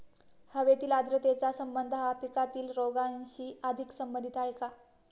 हवेतील आर्द्रतेचा संबंध हा पिकातील रोगांशी अधिक संबंधित आहे का?